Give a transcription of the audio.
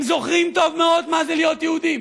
הם זוכרים טוב מאוד מה זה להיות יהודים,